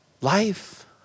Life